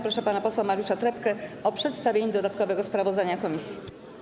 Proszę pana posła Mariusza Trepkę o przedstawienie dodatkowego sprawozdania komisji.